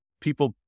people